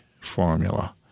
formula